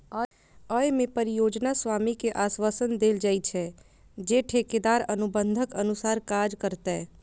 अय मे परियोजना स्वामी कें आश्वासन देल जाइ छै, जे ठेकेदार अनुबंधक अनुसार काज करतै